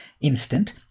instant